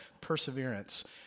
perseverance